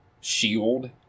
shield